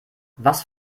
was